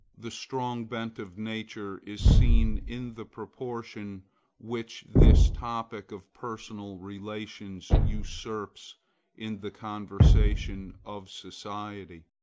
the strong bent of nature is seen in the proportion which this topic of personal relations usurps in the conversation of society.